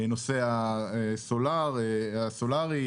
נושא הסולארי,